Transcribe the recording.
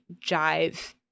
jive